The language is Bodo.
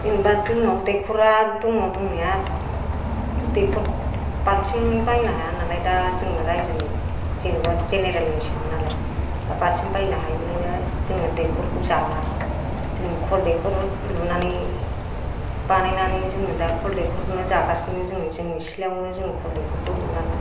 जेनेबा जोंनाव दैखरा दङ दंनाया दैखर बाल्थिं बायनो हाया नालाय दा जों रायजोनि जेनेबा जेनेरेलनिसोमोन नालाय दा बाल्थिं बायनो हायिनिनो जोङो दैखरखौ जाला जोङो कल दैखर लुनानै बानायनानै जोङो दा कल दैखरखौनो जागासिनो जोङो जोंनि सिथ्लायावनो जोंनि कल दैखरखौ लुनानै